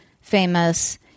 famous